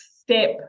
step